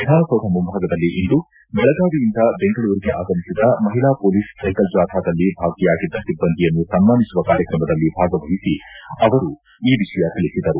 ವಿಧಾನ ಸೌಧ ಮುಂಭಾಗದಲ್ಲಿ ಇಂದು ಬೆಳಗಾವಿಯಿಂದ ಬೆಂಗಳೂರಿಗೆ ಆಗಮಿಸಿದ ಮಹಿಳಾ ಪೊಲೀಸ್ ಸೈಕಲ್ ಜಾಥಾದಲ್ಲಿ ಭಾಗಿಯಾಗಿದ್ದ ಸಿಬ್ಬಂದಿಯನ್ನು ಸನ್ನಾನಿಸುವ ಕಾರ್ಯಕ್ರಮದಲ್ಲಿ ಭಾಗವಹಿಸಿ ಅವರು ಈ ವಿಷಯ ತಿಳಿಸಿದರು